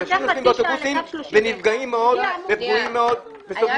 אנשים נוסעים באוטובוסים ונפגעים מאוד וסובלים מאוד.